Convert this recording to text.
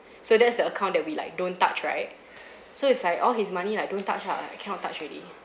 so that's the account that we like don't touch right so it's like all his money like don't touch ah like cannot touch already